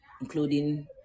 including